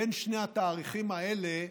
בין שני התאריכים האלה,